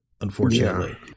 Unfortunately